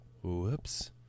Whoops